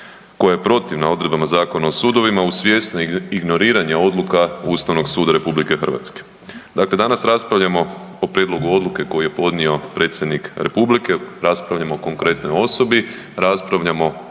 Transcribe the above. koja je protivna odredbama Zakona o sudovima uz svjesno ignoriranje odluka Ustavnog suda RH. Dakle, danas raspravljamo o prijedlogu odluke koju je podnio predsjednik Republike, raspravljamo o konkretnoj osobi, raspravljamo